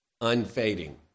Unfading